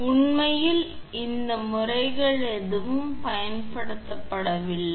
எனவே உண்மையில் இந்த முறைகள் பயன்படுத்தப்படவில்லை